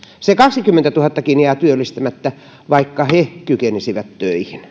se kaksikymmentätuhattakin jää työllistämättä vaikka he kykenisivät töihin